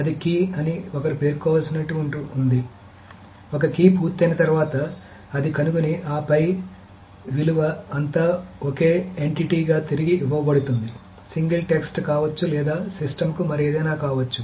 అది కీ అని ఒకరు పేర్కొనవలసి ఉంటుంది ఒక కీ పూర్తయిన తర్వాత అది కనుగొని ఆపై విలువ అంతా ఒకే ఎన్టీటీ గా తిరిగి ఇవ్వబడుతుంది సింగిల్ టెక్స్ట్ కావచ్చు లేదా సిస్టమ్కు మరేదైనా కావచ్చు